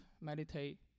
meditate